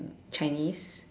Chinese